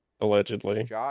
allegedly